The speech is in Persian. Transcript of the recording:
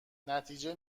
نتیجه